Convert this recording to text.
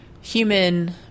human